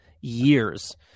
years